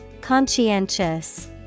conscientious